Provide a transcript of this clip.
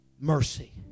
mercy